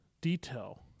detail